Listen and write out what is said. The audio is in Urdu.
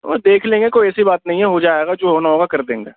وہ دیکھ لیں گے کوئی ایسی بات نہیں ہے ہو جائے گا جو ہونا ہوگا کر دیں گے